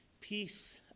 Peace